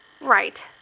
Right